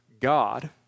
God